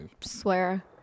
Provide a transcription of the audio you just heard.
swear